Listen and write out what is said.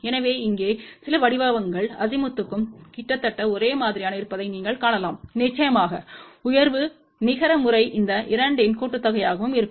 எனவே இங்கே சில வடிவங்கள் அசிமுத்துக்கும் கிட்டத்தட்ட ஒரே மாதிரியாக இருப்பதை நீங்கள் காணலாம் நிச்சயமாக உயர்வு நிகர முறை இந்த 2 இன் கூட்டுத்தொகையாகவும் இருக்கும்